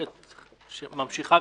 וממשיכה,